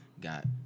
got